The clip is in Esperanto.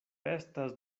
estas